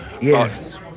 Yes